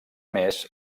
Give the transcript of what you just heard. més